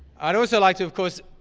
i'd also like to, of course,